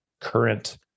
current